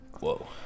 whoa